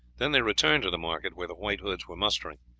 then they returned to the market where the white hoods were mustering.